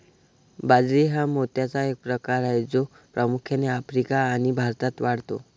बाजरी हा मोत्याचा एक प्रकार आहे जो प्रामुख्याने आफ्रिका आणि भारतात वाढतो